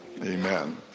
Amen